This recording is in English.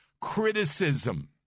Criticism